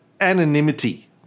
anonymity